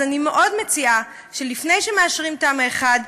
אז אני מאוד מציעה שלפני שמאשרים את תמ"א 1,